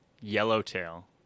yellowtail